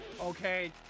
okay